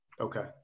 Okay